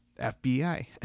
FBI